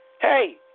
hey